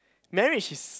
marriage is